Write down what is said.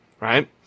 right